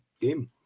game